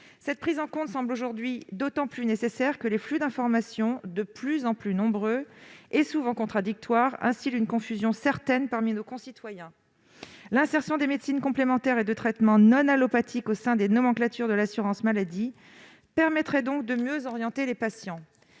Cette prise en compte semble d'autant plus nécessaire que les flux d'informations, de plus en plus nombreux et souvent contradictoires, instillent une confusion certaine parmi nos concitoyens. L'insertion des médecines complémentaires et de traitements non allopathiques au sein des nomenclatures de l'assurance maladie permettrait donc de mieux orienter les patients.